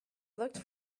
looked